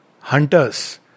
hunters